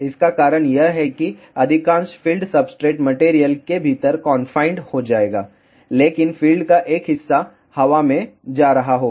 इसका कारण यह है कि अधिकांश फील्ड सब्सट्रेट मटेरियल के भीतर कॉनफाइंड हो जाएगा लेकिन फील्ड का एक हिस्सा हवा में जा रहा होगा